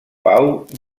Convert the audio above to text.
pau